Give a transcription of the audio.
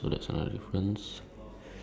hanging from the tent